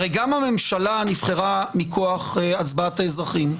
הרי גם הממשלה נבחרה מכוח הצבעת האזרחים,